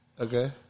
Okay